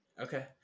Okay